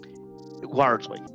Largely